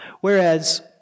Whereas